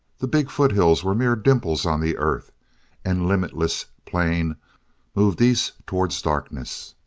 the big foothills were mere dimples on the earth and limitless plain moved east towards darkness.